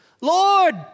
Lord